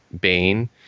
Bane